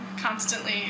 constantly